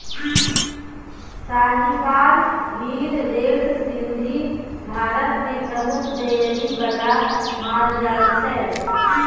Sahiwal, Gir, red Sindhi Bharat मे प्रमुख dairy बला माल जाल छै